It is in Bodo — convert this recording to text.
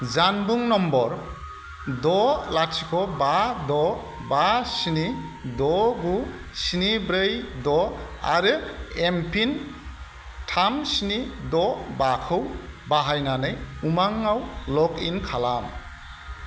जानबुं नम्बर द' लाथिख' बा द' बा स्नि द' गु स्नि ब्रै द' आरो एमपिन थाम स्नि द' बाखौ बाहायनानै उमांआव लगइन खालाम